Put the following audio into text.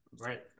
right